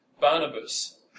Barnabas